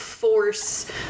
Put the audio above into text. Force